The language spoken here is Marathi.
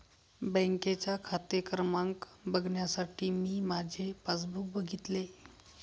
बँकेचा खाते क्रमांक बघण्यासाठी मी माझे पासबुक बघितले